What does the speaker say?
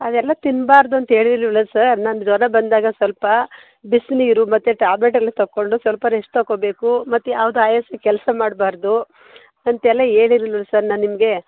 ಅದು ಎಲ್ಲ ತಿನ್ನಬಾರ್ದು ಅಂತ ಹೇಳಿರ್ಲಿಲ್ವ ಸರ್ ನಾನು ಜ್ವರ ಬಂದಾಗ ಸ್ವಲ್ಪ ಬಿಸಿನೀರು ಮತ್ತು ಟ್ಯಾಬ್ಲೆಟ್ ಎಲ್ಲ ತಕೊಂಡು ಸ್ವಲ್ಪ ರೆಸ್ಟ್ ತಕೊ ಬೇಕು ಮತ್ತು ಯಾವುದೂ ಆಯಾಸ ಕೆಲಸ ಮಾಡಬಾರ್ದು ಅಂತೆಲ್ಲ ಹೇಳಿರ್ಲಿಲ್ವ ಸರ್ ನಾನು ನಿಮಗೆ